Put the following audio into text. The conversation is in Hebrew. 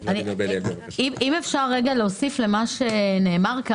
אם אפשר להוסיף למה שנאמר פה